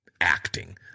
acting